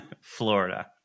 Florida